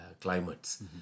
climates